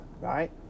right